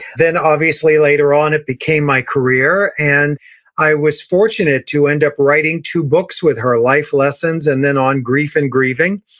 then obviously, later on, it became my career, and i was fortunate to end up writing two books with her. life lessons, and then on grief and grieving.